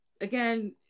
again